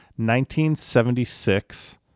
1976